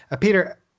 Peter